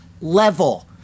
level